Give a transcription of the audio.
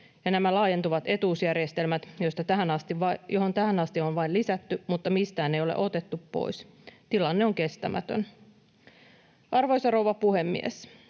nämä laajentuvat etuusjärjestelmät, joihin tähän asti on vain lisätty, mutta mistään ei ole otettu pois. Tilanne on kestämätön. Arvoisa rouva puhemies!